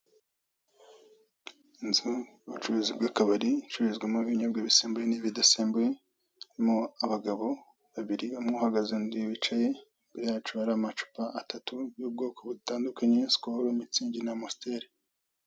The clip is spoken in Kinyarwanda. Inzu y'ubucuruzi bw'akabari, icururizwamo ibinyobwa bisembuye n'ibidasembuye, irimo abagabo babiri, umwe uhagaze n'undi wicaye, imbere yacu hari amacupa atatu y'ubwoko butandukanye Skol, Mutzing n'Amstel.